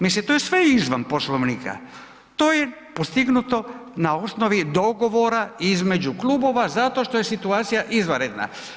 Mislim to je sve izvan Poslovnika, to je postignuto na osnovi dogovora između klubova zato što je situacija izvanredna.